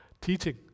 teaching